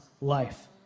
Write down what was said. life